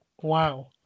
Wow